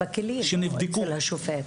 בכלים של השופט.